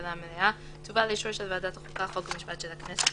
הגבלה מלאה תובא לאישור של ועדת החוקה חוק ומשפט של הכנסת,